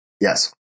Yes